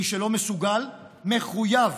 מי שלא מסוגל, מחויב